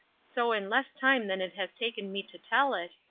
so in less time than it has taken me to tell it,